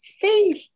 faith